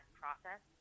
process